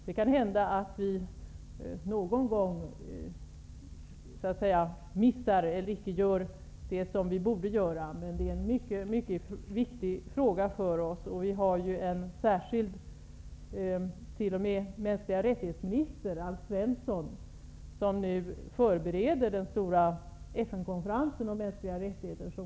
Det kan hända att vi någon gång missar eller icke gör vad vi borde göra. Det är en dock en mycket viktig fråga för oss. Vi har ju en särskild minister som arbetar med frågan om mänskliga rättigheter, Alf Svensson. Han förbereder nu den stora FN-konferensen om mänskliga rättigheter.